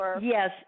Yes